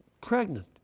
pregnant